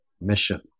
mission